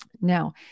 Now